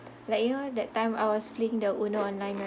like you know that time I was playing the UNO online right